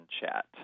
chat